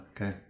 okay